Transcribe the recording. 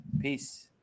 Peace